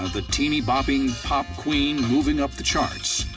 the teenybopping pop queen moving up the charts,